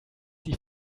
die